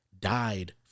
died